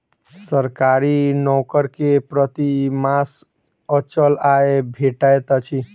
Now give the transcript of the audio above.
सरकारी नौकर के प्रति मास अचल आय भेटैत अछि